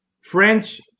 French